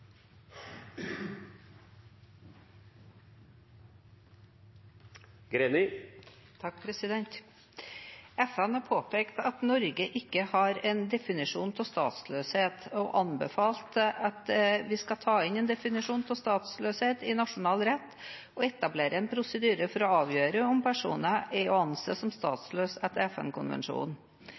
FN har påpekt at Norge ikke har en definisjon av statsløshet og har anbefalt at vi skal ta inn en definisjon av statsløshet i nasjonal rett og etablere en prosedyre for å avgjøre om personer er å anse som statsløse etter